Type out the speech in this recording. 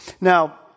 Now